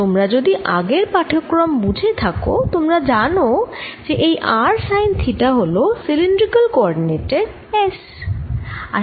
তোমরা যদি আগের পাঠক্রম বুঝে থাকো তোমরা জানো যে এই r সাইন থিটা হল সিলিন্ড্রিকাল কোঅরডিনেট এর S